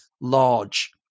large